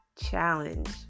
challenge